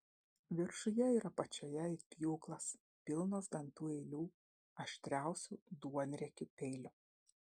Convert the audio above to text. viršuje ir apačioje it pjūklas pilnos dantų eilių aštriausių duonriekių peilių